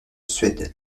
suède